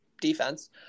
defense